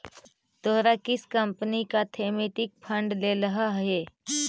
तोहरा किस कंपनी का थीमेटिक फंड लेलह हे